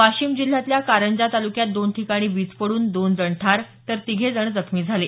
वाशिम जिल्ह्यातल्या कारंजा तालुक्यात दोन ठिकाणी वीज पडून दोन जण ठार तर तिघे जखमी झाले आहेत